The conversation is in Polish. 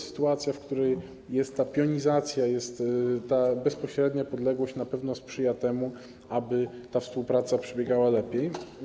Sytuacja, w której jest ta pionizacja, jest ta bezpośrednia podległość, na pewno sprzyja temu, aby ta współpraca przebiegała lepiej.